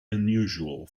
unusual